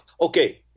okay